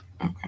Okay